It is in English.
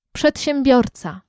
Przedsiębiorca